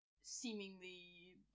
seemingly